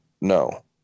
no